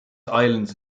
islands